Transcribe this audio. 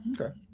Okay